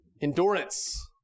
Endurance